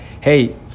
hey